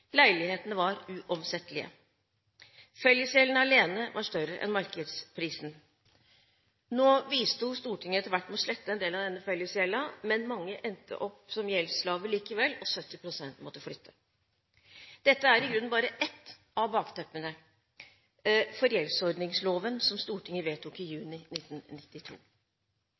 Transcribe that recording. leilighetene var uomsettelige. Fellesgjelden alene var større enn markedsprisen. Nå bisto Stortinget etter hvert med å slette en del av denne fellesgjelden, men mange endte opp som gjeldsslaver likevel. 70 pst. måtte flytte. Dette er i grunnen bare ett av bakteppene for gjeldsordningsloven som Stortinget vedtok i juni 1992.